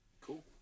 Cool